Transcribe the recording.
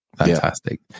Fantastic